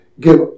Give